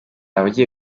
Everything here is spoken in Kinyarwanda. abagiye